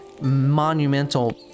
monumental